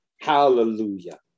Hallelujah